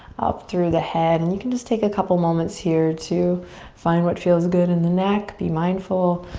up through the head. and you can just take a couple moments here to find what feels good in the neck, be mindful,